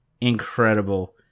incredible